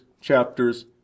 chapters